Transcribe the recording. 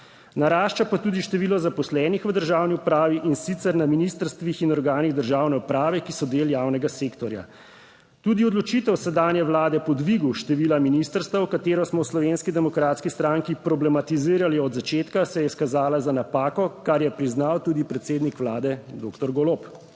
Narašča pa tudi število zaposlenih v državni upravi, in sicer na ministrstvih in organih državne uprave, ki so del javnega sektorja. Tudi odločitev sedanje Vlade po dvigu števila ministrstev, katero smo v Slovenski demokratski stranki problematizirali od začetka, se je izkazala za napako, kar je priznal tudi predsednik Vlade doktor Golob.